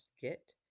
get